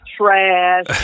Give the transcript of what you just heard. trash